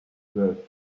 swell